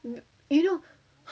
you know